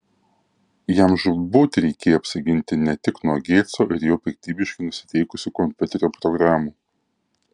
jam žūtbūt reikėjo apsiginti ne tik nuo geitso ir jo piktybiškai nusiteikusių kompiuterio programų